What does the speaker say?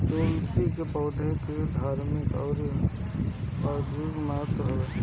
तुलसी के पौधा के धार्मिक अउरी औषधीय महत्व हवे